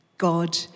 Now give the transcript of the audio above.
God